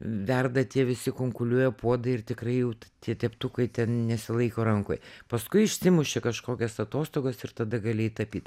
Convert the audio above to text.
verda tie visi kunkuliuoja puodai ir tikrai jau tie teptukai nesilaiko rankoj paskui išsimuši kažkokias atostogas ir tada galėjai tapyt